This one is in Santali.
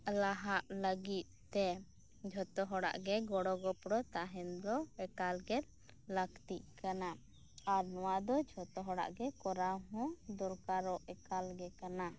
ᱞᱟᱦᱟᱜ ᱞᱟᱜᱤᱫ ᱛᱮ ᱡᱷᱚᱛᱚ ᱦᱚᱲᱟᱜ ᱜᱮ ᱜᱚᱲᱚ ᱜᱚᱯᱚᱲᱚ ᱛᱟᱦᱮᱱ ᱫᱚ ᱮᱠᱟᱞᱜᱮ ᱞᱟᱹᱠᱛᱤᱜ ᱠᱟᱱᱟ ᱟᱨ ᱱᱚᱣᱟ ᱫᱚ ᱡᱷᱚᱛᱚ ᱦᱚᱲᱟᱜ ᱜᱮ ᱠᱚᱨᱟᱣ ᱦᱚᱸ ᱫᱚᱨᱠᱟᱨᱚᱜ ᱮᱠᱟᱞ ᱜᱮ ᱠᱟᱱᱟ